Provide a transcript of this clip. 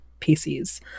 PCs